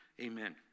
Amen